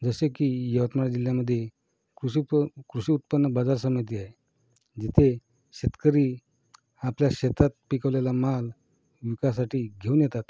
जसे की यवतमाळ जिल्ह्यामधे कृषी उत् कृषी उत्पन्न बाजार समिती आहे जिथे शेतकरी आपल्या शेतात पिकवलेला माल विकायसाठी घेऊन येतात